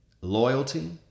loyalty